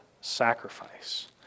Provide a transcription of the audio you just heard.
sacrifice